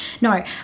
No